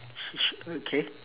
oh okay